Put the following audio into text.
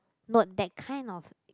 note that kind of